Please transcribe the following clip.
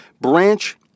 branch